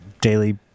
daily